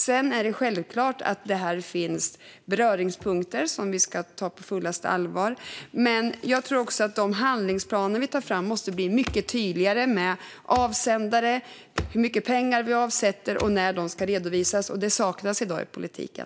Sedan är det självklart att det finns beröringspunkter som vi ska ta på fullaste allvar. Men jag tror också att de handlingsplaner vi tar fram måste bli mycket tydligare med avsändare, hur mycket pengar vi avsätter och när de ska redovisas. Det saknas i dag i politiken.